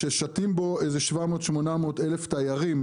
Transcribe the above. ששטים בו איזה 800,000-700,000 תיירים,